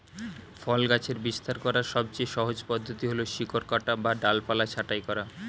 ফল গাছের বিস্তার করার সবচেয়ে সহজ পদ্ধতি হল শিকড় কাটা বা ডালপালা ছাঁটাই করা